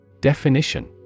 Definition